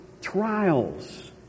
trials